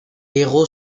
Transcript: héros